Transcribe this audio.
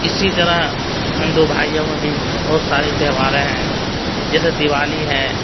اسی طرح ہندو بھائیوں میں بھی بہت سارے تہواریں ہیں جیسے دیوالی ہے